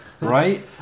Right